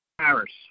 Paris